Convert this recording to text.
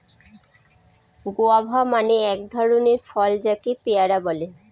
guava মানে এক ধরনের ফল যাকে পেয়ারা বলে